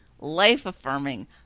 life-affirming